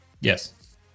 Yes